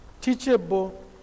teachable